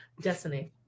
Destiny